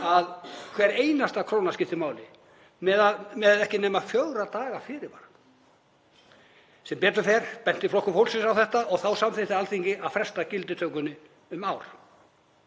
að hver einasta króna skiptir máli, með ekki nema fjögurra daga fyrirvara. Sem betur fer benti Flokkur fólksins á þetta og þá samþykkti Alþingi að fresta gildistökunni um ár.